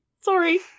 Sorry